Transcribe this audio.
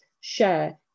share